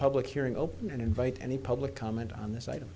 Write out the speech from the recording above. public hearing open and invite any public comment on this item